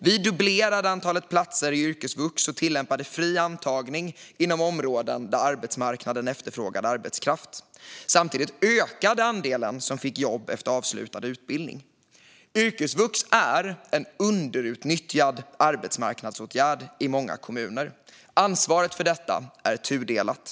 Vi dubblerade antalet platser i yrkesvux och tillämpade fri antagning inom områden där arbetsmarknaden efterfrågade arbetskraft. Samtidigt ökade andelen som fick jobb efter avslutad utbildning. Yrkesvux är en underutnyttjad arbetsmarknadsåtgärd i många kommuner. Ansvaret för detta är tudelat.